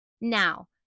Now